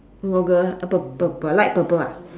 purp~ purple light purple ah